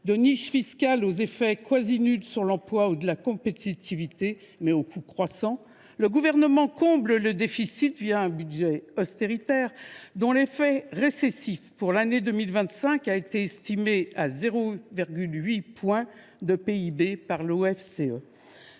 de niches fiscales aux effets quasi nuls sur l’emploi et la compétitivité, mais aux coûts croissants, le Gouvernement comble le déficit un budget austéritaire, dont l’effet récessif pour l’année 2025 a été estimé à 0,8 point de PIB par l’OFCE.